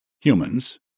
humans